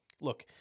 Look